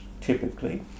typically